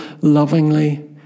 lovingly